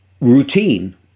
Routine